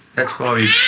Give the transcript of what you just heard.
that's why we